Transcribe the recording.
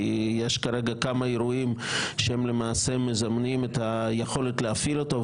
כי יש כרגע כמה אירועים שהם למעשה מזמנים את היכולת להפעיל אותו.